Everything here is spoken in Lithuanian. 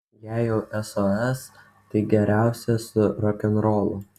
jei jau sos tai geriausia su rokenrolu